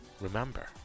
remember